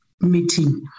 meeting